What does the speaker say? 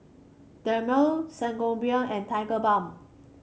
Dermale Sangobion and Tigerbalm